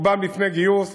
רובם לפני גיוס,